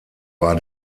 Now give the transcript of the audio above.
war